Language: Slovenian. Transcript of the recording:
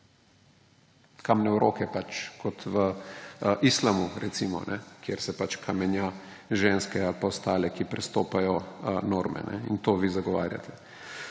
»Kamne v roke« kot v Islamu, recimo, kjer se kamenja ženske ali pa ostale, ki prestopajo norme, in to vi zagovarjate.